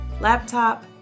laptop